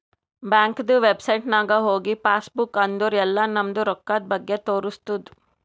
ಬ್ಯಾಂಕ್ದು ವೆಬ್ಸೈಟ್ ನಾಗ್ ಹೋಗಿ ಪಾಸ್ ಬುಕ್ ಅಂದುರ್ ಎಲ್ಲಾ ನಮ್ದು ರೊಕ್ಕಾದ್ ಬಗ್ಗೆ ತೋರಸ್ತುದ್